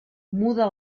muda